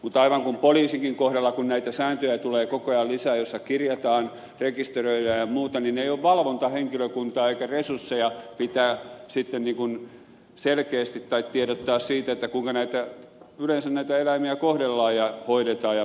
mutta aivan kuin poliisinkin kohdalla kun näitä sääntöjä tulee koko ajan lisää joissa kirjataan rekisteröidään ja muuta ei ole valvontahenkilökuntaa eikä resursseja pitää sitä nyt on selkeästi tai tiedottaa siitä kuinka yleensä näitä eläimiä kohdellaan ja hoidetaan ja muuta